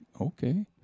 okay